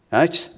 right